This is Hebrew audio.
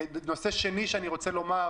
נושא שני שאני רוצה לומר,